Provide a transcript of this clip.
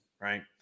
right